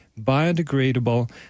biodegradable